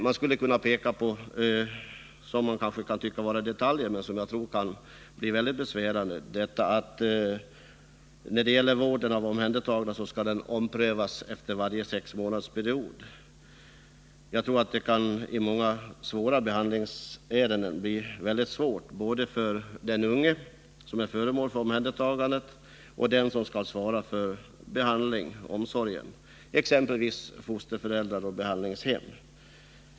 En sak — som kan tyckas vara en liten detalj, men som jag ändå tror kan bli besvärande — gäller vården av omhändertagna, där det skall ske en omprövning efter varje sexmånadersperiod. Den bestämmelsen kan enligt min mening skapa bekymmer både för den unge omhändertagne och för den som har att svara för omvårdnaden, exempelvis fosterföräldrar och behandlingshem.